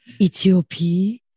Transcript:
Ethiopia